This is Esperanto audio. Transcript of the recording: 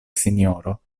sinjoro